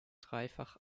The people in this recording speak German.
dreifach